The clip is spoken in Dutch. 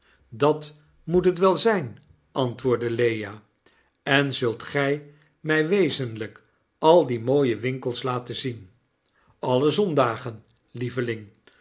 dat moet het wel zgn l antwoordde lea en zult gij mg wezenlgk al die mooie winkels laten zien aue zondagen lieveling